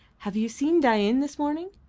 have you seen dain this morning?